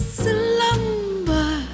slumber